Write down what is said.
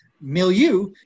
milieu